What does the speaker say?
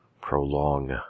prolong